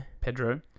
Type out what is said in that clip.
Pedro